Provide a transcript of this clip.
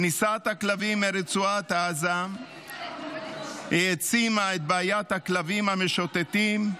כניסת הכלבים מרצועת עזה העצימה את בעיית הכלבים המשוטטים,